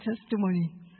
testimony